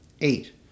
Eight